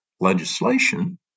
Legislation